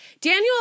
daniel